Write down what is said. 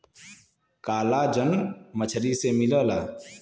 collagen मछरी से मिलला